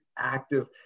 active